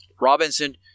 Robinson